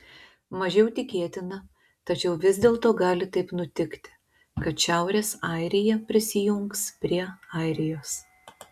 mažiau tikėtina tačiau vis dėlto gali taip nutikti kad šiaurės airija prisijungs prie airijos